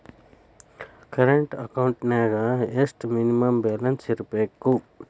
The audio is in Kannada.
ಕರೆಂಟ್ ಅಕೌಂಟೆಂನ್ಯಾಗ ಎಷ್ಟ ಮಿನಿಮಮ್ ಬ್ಯಾಲೆನ್ಸ್ ಇರ್ಬೇಕು?